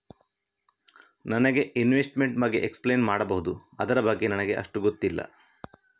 ನನಗೆ ಇನ್ವೆಸ್ಟ್ಮೆಂಟ್ ಬಗ್ಗೆ ಎಕ್ಸ್ಪ್ಲೈನ್ ಮಾಡಬಹುದು, ಅದರ ಬಗ್ಗೆ ನನಗೆ ಅಷ್ಟು ಗೊತ್ತಿಲ್ಲ?